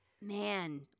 Man